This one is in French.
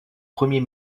premier